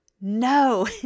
No